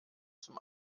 zum